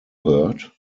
heard